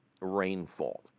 rainfall